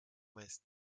meist